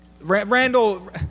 Randall